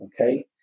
okay